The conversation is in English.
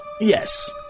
yes